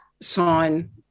sign